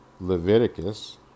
Leviticus